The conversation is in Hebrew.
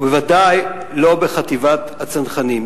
ובוודאי לא בחטיבת הצנחנים.